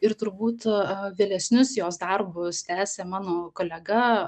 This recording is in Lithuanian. ir turbūt vėlesnius jos darbus tęsė mano kolega